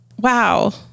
wow